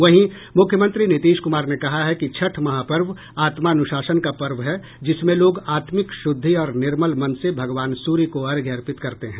वहीं मुख्यमंत्री नीतीश कुमार ने कहा है कि छठ महापर्व आत्मानुशासन का पर्व है जिसमें लोग आत्मिक शुद्धि और निर्मल मन से भगवान सूर्य को अर्घ्य अर्पित करते हैं